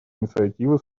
инициативы